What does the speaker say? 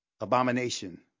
Abomination